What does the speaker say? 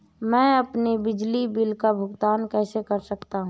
मैं अपने बिजली बिल का भुगतान कैसे कर सकता हूँ?